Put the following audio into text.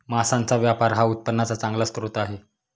मांसाचा व्यापार हा उत्पन्नाचा चांगला स्रोत आहे